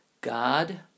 God